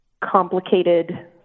complicated